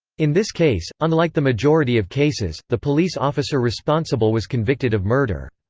in this case, unlike the majority of cases, the police officer responsible was convicted of murder.